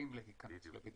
שחייבים להיכנס לבידוד.